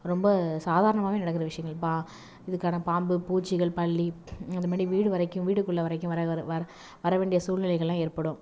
ரொம்ப சாதாரணமாகவே நடக்குற விஷயங்கள்பா இதுக்கான பாம்பு பூச்சிகள் பல்லி அது மாதிரி வீடு வரைக்கும் வீடுக்குள்ளே வரைக்கும் வர வர வ வர வேண்டிய சூழ்நிலைகளெலாம் ஏற்படும்